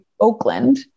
Oakland